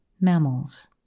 Mammals